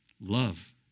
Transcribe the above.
love